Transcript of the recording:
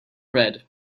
red